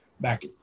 Back